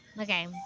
Okay